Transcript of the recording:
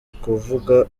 kuvuga